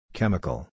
Chemical